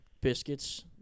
biscuits